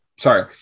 sorry